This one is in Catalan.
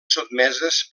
sotmeses